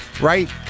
right